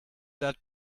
that